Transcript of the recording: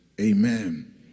Amen